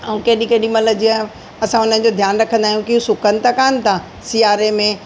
विं केॾी केॾी महिल जीअं असां उन्हनि जो ध्यानु रखंदा आहियूं की सुकनि त कोन था सियारे में